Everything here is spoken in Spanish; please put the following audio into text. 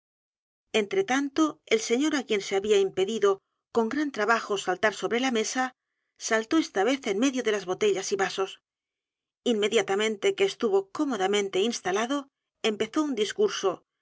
brea y el profesor pluma g r a n trabajo saltar sobre la mesa saltó esta vez en medio de las botellas y vasos inmediatamente que estuvo cómodamente instalado empezó un discurso